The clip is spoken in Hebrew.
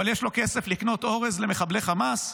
יש לו כסף לקנות אורז למחבלי חמאס?